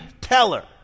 teller